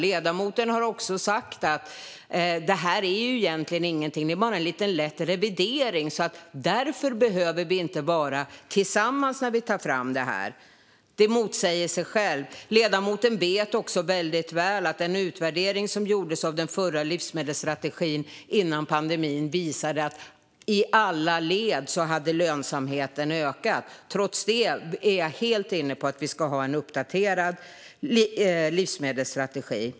Ledamoten har också sagt att detta egentligen inte är något mer än en liten lätt revidering och att vi därför inte behöver ta fram detta tillsammans. Det motsäger sig självt. Ledamoten vet också mycket väl att den utvärdering som gjordes av den förra livsmedelsstrategin före pandemin visade att lönsamheten hade ökat i alla led. Trots det är jag helt inne på att vi ska ha en uppdaterad livsmedelsstrategi.